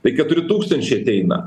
tai keturi tūkstančiai ateina